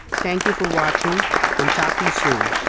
thank you for watching and talk to you soon.